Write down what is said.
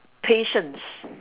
patience